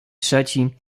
trzeci